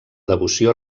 devoció